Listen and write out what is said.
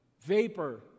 vapor